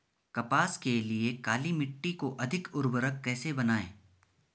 कपास के लिए काली मिट्टी को अधिक उर्वरक कैसे बनायें?